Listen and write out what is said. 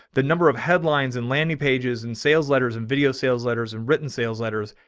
the number of headlines and landing pages and sales letters and video sales letters and written sales letters.